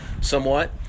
somewhat